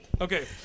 okay